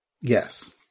Yes